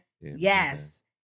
Yes